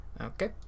Okay